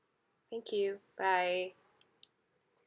thank you bye